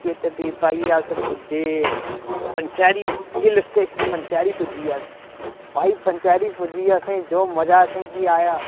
ते भी भाई अस पुज्जे पंचैरी हिल्ल स्टेशन पंचैरी पुज्जी गे अस भाई पंचैरी पुज्जियै असें जो मजा असें गी आया